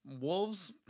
Wolves